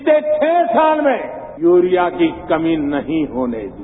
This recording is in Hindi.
बीते छह साल में यूरिया की कमी नहीं होने दी